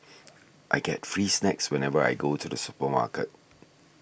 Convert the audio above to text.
I get free snacks whenever I go to the supermarket